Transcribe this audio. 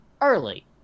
early